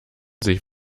sich